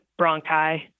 bronchi